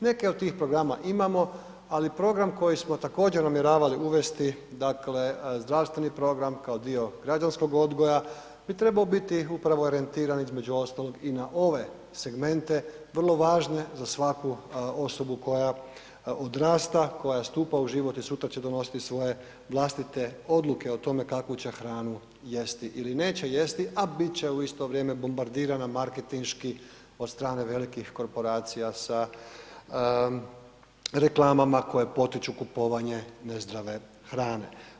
Neke od tih programa imamo, ali program koji smo također namjeravali uvesti dakle zdravstveni program kao dio građanskog odgoja bi trebao biti upravo orijentiran između ostalog i na ove segmente vrlo važne za svaku osobu koja odrasta, koja stupa u život i sutra će donositi svoje vlastite odluke o tome kakvu će hranu jesti ili neće jesti, a bit će u isto vrijeme bombardirana marketinški od strane velikih korporacija sa reklamama koje potiču kupovanje nezdrave hrane.